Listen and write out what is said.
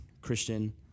Christian